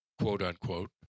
quote-unquote